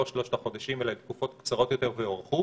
שלושת החודשים אלא לתקופות קצרות יותר והוארכו.